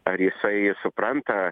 ar jisai supranta